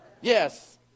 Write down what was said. Yes